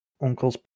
uncle's